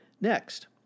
Next